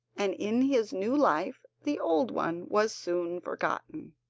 and in his new life the old one was soon forgotten.